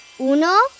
Uno